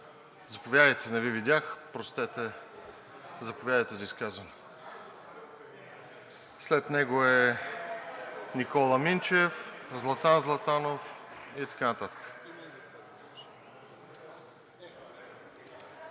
господин Ебатин, простете. Заповядайте за изказване. След него е Никола Минчев, Златан Златанов и така нататък.